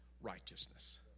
righteousness